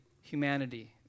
humanity